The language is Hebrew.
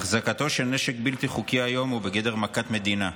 החזקתו של נשק בלתי חוקי היום היא בגדר מכת מדינה.